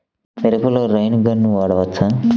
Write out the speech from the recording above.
మిరపలో rain gun వాడవచ్చా?